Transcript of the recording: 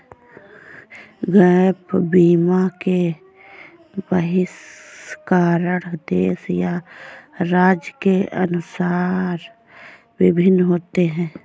gap बीमा के बहिष्करण देश या राज्य के अनुसार भिन्न होते हैं